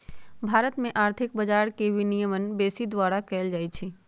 भारत में आर्थिक बजार के विनियमन सेबी द्वारा कएल जाइ छइ